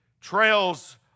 trails